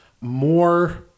more